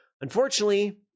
Unfortunately